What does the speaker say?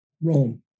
Rome